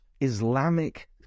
islamic